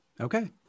Okay